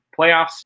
playoffs